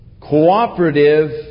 cooperative